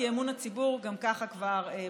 כי אמון הציבור כבר ככה בקרשים.